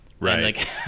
Right